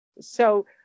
So-